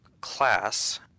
class